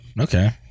Okay